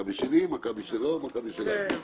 מכבי שלי, מכבי שלו, מכבי שלנו.